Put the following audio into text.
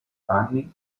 panni